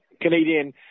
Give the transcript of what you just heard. canadian